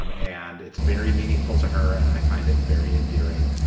um and it's very meaningful to her. and i find it very endearing.